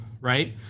right